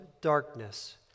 darkness